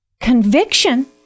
Conviction